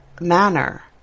manner